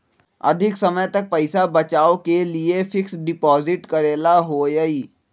अधिक समय तक पईसा बचाव के लिए फिक्स डिपॉजिट करेला होयई?